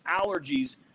allergies